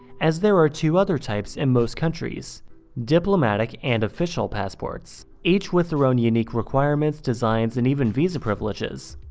as there are two other types in most countries diplomatic and official passports, each with their own you know requirements, designs, and even visa privileges.